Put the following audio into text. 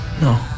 No